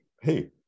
Hey